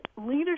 leadership